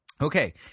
Okay